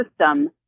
system